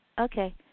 Okay